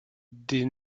des